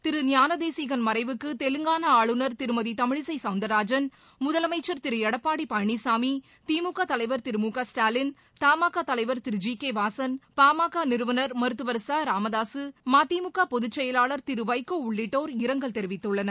திரு ஞானதேசிகன் மறைவுக்கு தெலங்காளா ஆளுநர் திருமதி தமிழிசை சௌந்தரராஜன் முதலமம்சர் திரு எடப்பாடி பழனிசாமி திமுக தலைவர் திரு முகஸ்டாலின் தமாகா தலைவர் திரு ஜி கே வாசன் பாமக நிறுவனர் மருத்துவர் ச ராமதாக மதிமுக பொதுச்செயலாளர் திரு வைகோ உள்ளிட்டோர் இரங்கல் தெரிவித்துள்ளனர்